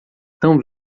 tão